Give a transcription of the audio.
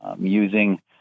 using